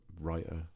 writer